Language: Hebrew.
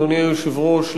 אדוני היושב-ראש,